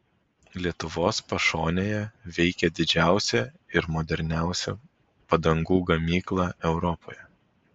lietuvos pašonėje veikia didžiausia ir moderniausia padangų gamykla europoje